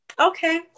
Okay